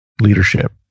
leadership